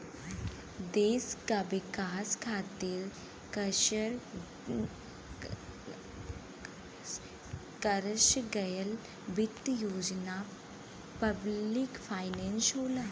देश क विकास खातिर करस गयल वित्त योजना पब्लिक फाइनेंस होला